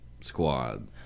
squad